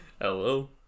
Hello